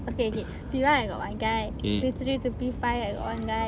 okay okay P one I got one guy P three to P five I got one guy